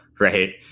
Right